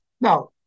Now